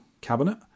cabinet